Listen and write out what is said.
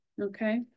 okay